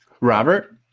Robert